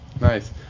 Nice